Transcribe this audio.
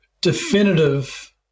definitive